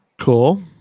cool